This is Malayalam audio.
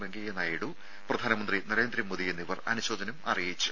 വെങ്കയ്യ നായിഡു പ്രധാനമന്ത്രി നരേന്ദ്രമോദി എന്നിവർ അനുശോചനം അറിയിച്ചു